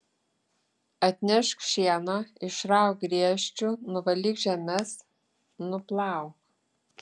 atnešk šieno išrauk griežčių nuvalyk žemes nuplauk